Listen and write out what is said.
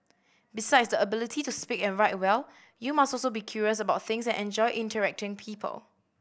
besides the ability to speak and write well you must also be curious about things and enjoy interacting people